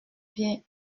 bien